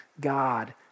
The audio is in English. God